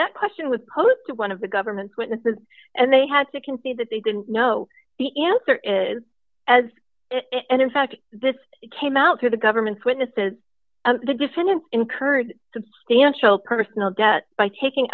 that question with posed to one of the government witnesses and they had to concede that they didn't know the answer is as and in fact this came out through the government's witness that the defendant incurred substantial personal debt by taking